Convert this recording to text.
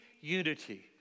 unity